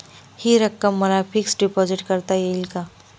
हि रक्कम मला फिक्स डिपॉझिट करता येईल का?